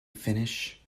finish